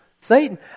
Satan